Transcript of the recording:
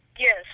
Yes